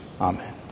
Amen